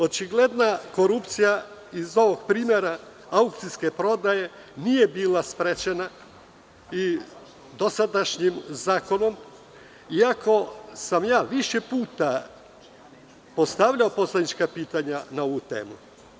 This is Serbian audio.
Očigledna korupcija iz ovog primera aukcijske prodaje nije bila sprečena i dosadašnjim zakonom, iako sam ja više puta postavljao poslanička pitanja na ovu temu.